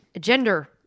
gender